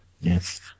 Yes